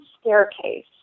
staircase